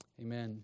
Amen